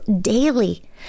daily